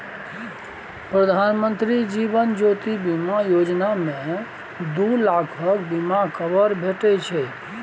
प्रधानमंत्री जीबन ज्योती बीमा योजना मे दु लाखक बीमा कबर भेटै छै